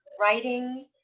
writing